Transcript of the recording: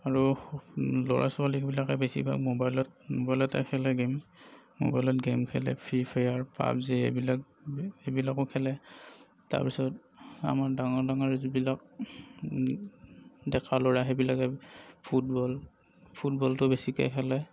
আৰু ল'ৰা ছোৱালীবিলাকে বেছি ভাগ ম'বাইলত ম'বাইলতে খেলে গেম ম'বাইলত গেম খেলে ফ্ৰী ফায়াৰ পাবজি এইবিলাক এইবিলাকো খেলে তাৰপিছত আমাৰ ডাঙৰ ডাঙৰ এই যিবিলাক ডেকা ল'ৰা সেইবিলাকে ফুটবল ফুটবলটো বেছিকৈ খেলে